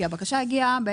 כי הבקשה הגיעה,